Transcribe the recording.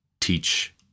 teach